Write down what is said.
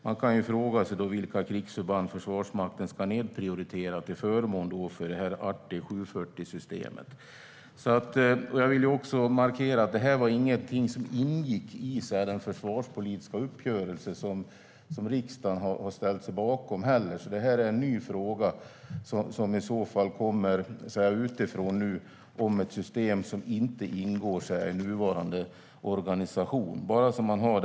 Man kan därför fråga sig vilka krigsförhand Försvarsmakten ska nedprioritera till förmån för det här ArtE 740-systemet. Jag vill också markera att detta inte var någonting som ingick i den försvarspolitiska uppgörelse som riksdagen har ställt sig bakom. Det här är en ny fråga om ett system som inte ingår i nuvarande organisation, som i så fall kommer utifrån.